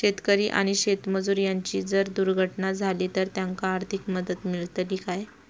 शेतकरी आणि शेतमजूर यांची जर दुर्घटना झाली तर त्यांका आर्थिक मदत मिळतली काय?